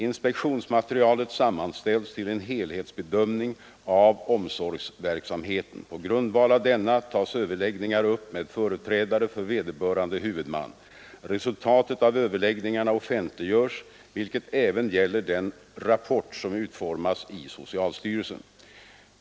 Inspektionsmaterialet sammanställs till en helhetsbedömning av omsorgsverksamheten. På grundval av denna tas överläggningar upp med företrädare för vederbörande huvudman. Resultatet av överläggningarna offentliggörs, vilket även gäller den rapport som utformas i socialstyrelsen.